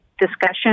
discussion